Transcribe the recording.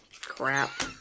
Crap